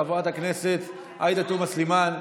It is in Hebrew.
חברת הכנסת עאידה תומא סלימאן,